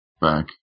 Back